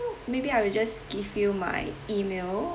maybe I will just give you my email